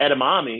edamame